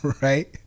right